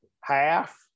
half